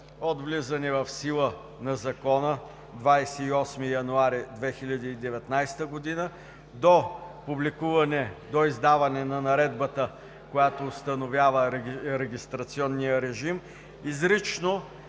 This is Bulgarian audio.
от влизане в сила на Закона 28 януари 2019 г. до издаване на наредбата, която установява регистрационния режим, изрично